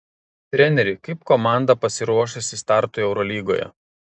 treneri kaip komanda pasiruošusi startui eurolygoje